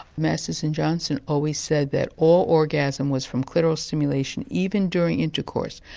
masters and johnson always said that all orgasm was from clitoral stimulation, even during intercourse.